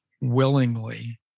willingly